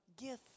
gift